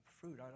fruit